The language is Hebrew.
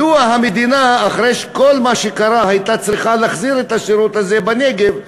מדוע המדינה אחרי כל מה שקרה הייתה צריכה להחזיר את השירות הזה בנגב,